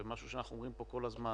וזה משהו שאנחנו אומרים פה כל הזמן,